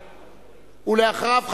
ואחריו,